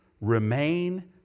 remain